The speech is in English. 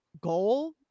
goal